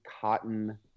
cotton